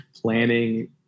planning